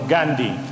*Gandhi*